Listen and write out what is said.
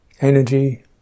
energy